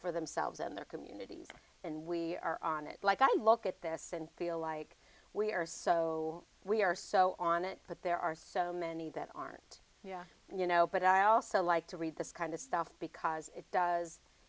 for themselves and their communities and we are on it like i look at this and feel like we are so we are so on it but there are so many that aren't yeah you know but i also like to read this kind of stuff because it does